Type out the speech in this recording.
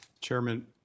Chairman